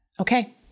Okay